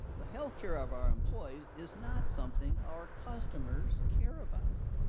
the healthcare of our employees is not something our customers care about.